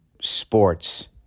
sports